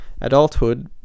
adulthood